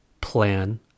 plan